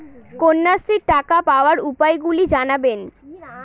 কন্যাশ্রীর টাকা পাওয়ার উপায়গুলি জানাবেন?